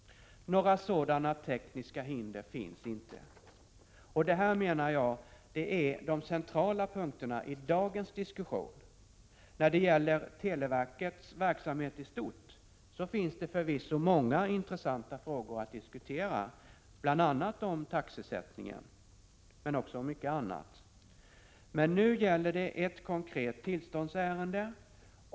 — Några sådana tekniska hinder finns inte! Det här menar jag är de centrala punkterna i dagens diskussion. När det gäller televerkets verksamhet i stort finns det många intressanta frågor att diskutera, bl.a. taxesättningen, men också mycket annat. Men nu gäller det ett konkret tillståndsärende.